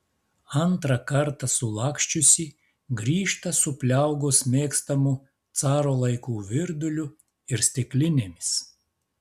antrą kartą sulaksčiusi grįžta su pliaugos mėgstamu caro laikų virduliu ir stiklinėmis